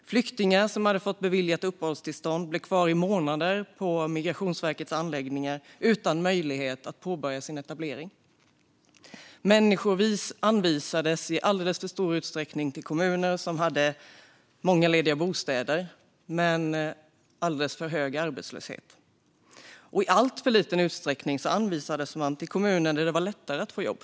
Flyktingar som fått beviljat uppehållstillstånd blev kvar i månader på Migrationsverkets anläggningar utan möjlighet att påbörja sin etablering. Människor anvisades i alldeles för stor utsträckning till kommuner som hade många lediga bostäder men hög arbetslöshet och i alltför liten utsträckning till kommuner där det var lättare att få jobb.